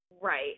Right